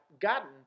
gotten